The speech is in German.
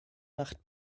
macht